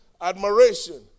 admiration